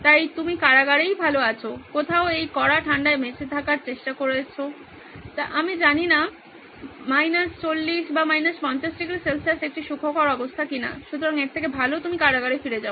তাই আপনি কারাগারেই ভালো আছেন কোথাও এই কড়া ঠান্ডায় বেঁচে থাকার চেষ্টা করছেন আমি জানি না 40 50 ডিগ্রি সেলসিয়াস একটি সুখকর অবস্থা কিনা সুতরাং এর থেকে ভালো আপনি কারাগারে ফিরে যান